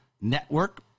Network